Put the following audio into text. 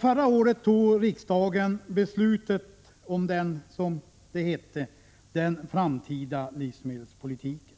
Förra året beslutade riksdagen om, som det hette, den framtida livsmedelspolitiken.